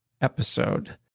episode